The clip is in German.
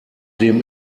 dem